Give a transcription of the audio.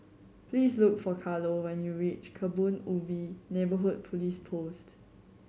please look for Carlo when you reach Kebun Ubi Neighbourhood Police Post